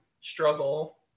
struggle